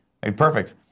Perfect